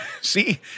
See